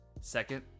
Second